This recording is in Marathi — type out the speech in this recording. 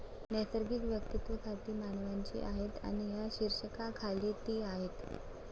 नैसर्गिक वैयक्तिक खाती मानवांची आहेत आणि या शीर्षकाखाली ती आहेत